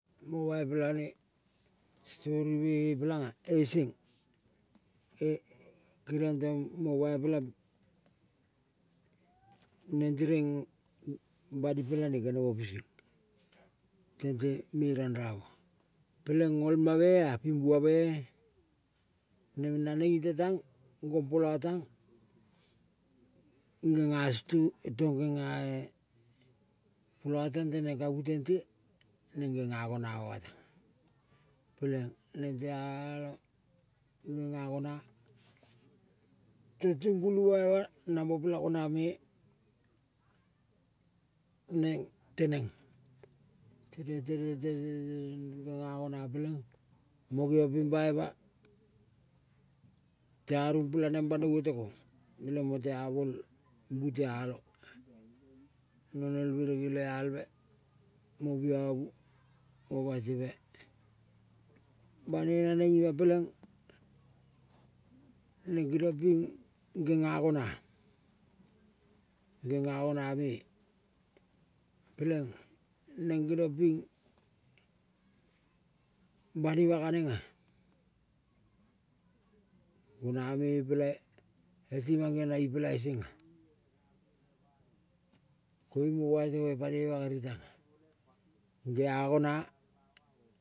Mo baipela ne stotime e peleanga eseng keriong tong mo baipela neng tereng bani pelane genemo piseng tente me ralramo peleng ngolma mea ping boame. Neng naneng ite tang gompola tang genga sto tang gengae pola teng ka bu tente ing genga gona oma teng. Peleing neng tealong genga, gona ping tungulu baima namo pela gona me neng teneng. Neng teneng, teneng, teneng, teneng genga gona peleng mo geong ping baima tea rumpela neng banoi ote kong peleng motea mol bu tealong, no nol berege le alve mo biavu mo bateve naneng ima peleng neng geniong ping genga gona-a, genga gona me peleng neng geniong ping banima kanenga gona mepela seng mangeong na ipela isenga. Koiung mo bai temo ipane bagaru tanga, gea gona.